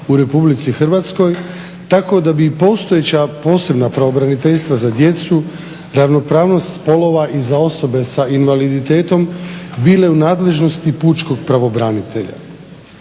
u Republici Hrvatskoj tako da bi i postojeća posebna pravobraniteljstva za djecu, ravnopravnost spolova i za osobe sa invaliditetom bile u nadležnosti pučkog pravobranitelja.